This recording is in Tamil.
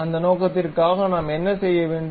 அந்த நோக்கத்திற்காக நாம் என்ன செய்ய வேண்டும்